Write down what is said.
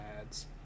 ads